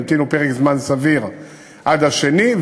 ימתינו פרק זמן סביר עד השני,